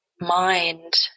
mind